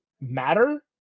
matter